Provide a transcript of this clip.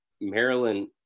maryland